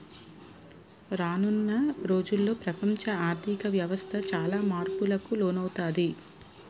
రానున్న రోజుల్లో ప్రపంచ ఆర్ధిక వ్యవస్థ చాలా మార్పులకు లోనవుతాది